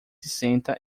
senta